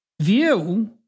view